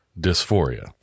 dysphoria